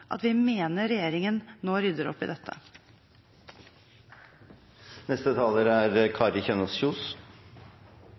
at vi mener regjeringen nå rydder opp i dette.